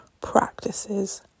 ...practices